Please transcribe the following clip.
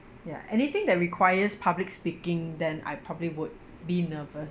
ya anything that requires public speaking then I probably would be nervous